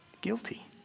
guilty